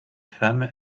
femme